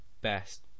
best